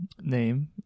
name